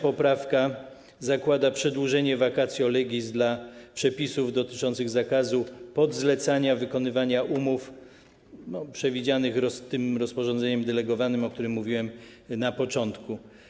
Poprawka 3. zakłada przedłużenie vacatio legis dla przepisów dotyczących zakazu podzlecania wykonywania umów przewidzianych rozporządzeniem delegowanym, o którym mówiłem na początku.